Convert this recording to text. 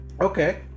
Okay